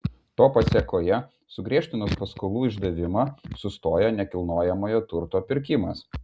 to pasėkoje sugriežtinus paskolų išdavimą sustoja nekilnojamo turto pirkimas